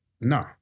No